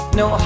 no